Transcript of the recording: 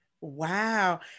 wow